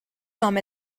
home